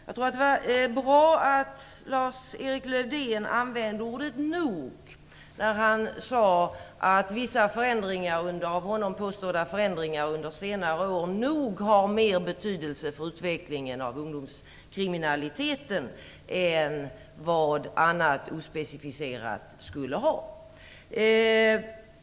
Jag tror att det är bra att Lars Erik Lövdén använde ordet nog när han sade att vissa, av honom påstådda, förändringar under av senare år "nog" har mer betydelse för utvecklingen av ungdomskriminaliteten än vad annat ospecificerat skulle ha.